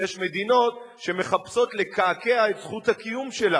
יש מדינות שמחפשות לקעקע את זכות הקיום שלה.